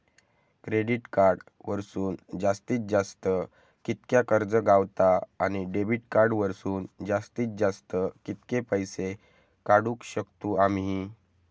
Credit card वरसून जास्तीत जास्त कितक्या कर्ज गावता, आणि डेबिट कार्ड वरसून जास्तीत जास्त कितके पैसे काढुक शकतू आम्ही?